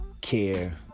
care